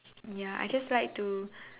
ya I just like to